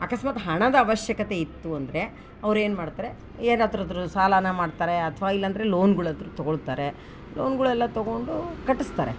ಅಕಸ್ಮಾತ್ ಹಣದ ಅವಶ್ಯಕತೆ ಇತ್ತು ಅಂದರೆ ಅವ್ರೇನು ಮಾಡ್ತಾರೆ ಯಾರ್ ಹತ್ರತ್ರು ಸಾಲ ಮಾಡ್ತಾರೆ ಅಥ್ವ ಇಲ್ಲಾಂದರೆ ಲೋನ್ಗಳಾದ್ರ್ ತಗೋಳ್ತಾರೆ ಲೋನ್ಗಳೆಲ್ಲಾ ತಗೊಂಡು ಕಟ್ಟಿಸ್ತಾರೆ